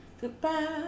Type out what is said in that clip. Goodbye